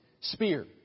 spear